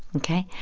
ok?